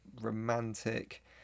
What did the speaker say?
romantic